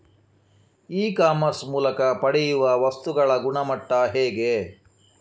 E commerce ಮೂಲಕ ಪಡೆಯುವ ವಸ್ತುಗಳ ಗುಣಮಟ್ಟ ಹೇಗೆ?